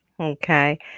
Okay